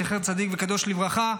זכר צדיק וקדוש לברכה,